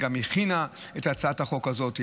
והיא גם הכינה את הצעת החוק הזאת.